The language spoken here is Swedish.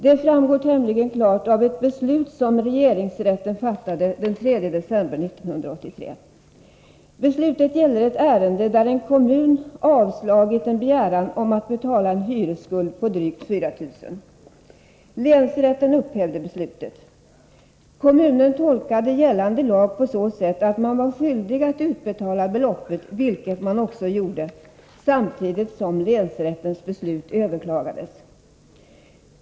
Det framgår tämligen klart av ett beslut som regeringsrätten fattade den 30 december 1983. Beslutet gäller ett ärende där en kommun avslagit en begäran om att betala en hyresskuld på drygt 4 000 kr. Länsrätten upphävde beslutet. Kommunen tolkade gällande lag på så sätt att man var skyldig att utbetala beloppet, vilket man också gjorde, samtidigt som länsrättens beslut överklagades.